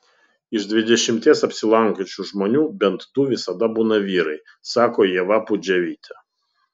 iš dvidešimties apsilankančių žmonių bent du visada būna vyrai sako ieva pudževytė